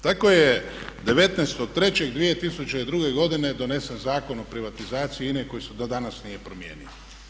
Tako je 19.3.2002. godine donesen Zakon o privatizaciji INA-e koji se do danas nije promijenio.